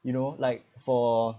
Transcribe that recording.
you know like for